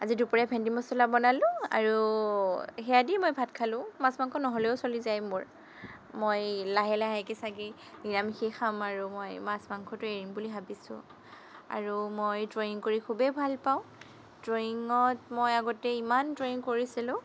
আজি দুপৰীয়া ভেণ্ডি মছলা বনালোঁ আৰু সেয়া দি মই ভাত খালোঁ মাছ মাংস নহ'লেও চলি যায় মোৰ মই লাহে লাহেকে ছাগে নিৰামিষে খাম আৰু মই মাছ মাংসটো এৰিম বুলি ভাবিছোঁ আৰু মই ড্ৰয়িং কৰি খুবেই ভাল পাওঁ ড্ৰয়িঙত মই আগতে ইমান ড্ৰইং কৰিছিলোঁ